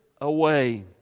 away